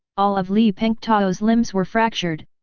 all of li pengtao's limbs were fractured,